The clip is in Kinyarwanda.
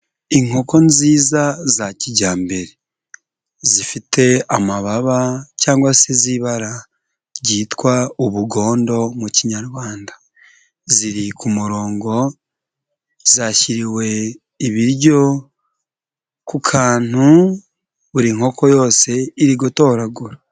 Inkoko nziza za kijyambere zifite amababa cyangwa se z'ibara ryitwa ubugondo mu kinyarwanda ziri ku murongo zashyiriwe ibiryo ku kantu buri nkoko yose iri gutoragura.